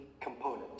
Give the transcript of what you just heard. component